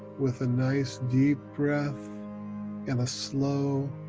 with a nice deep breath and a slow,